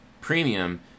premium